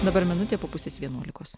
dabar minutė po pusės vienuolikos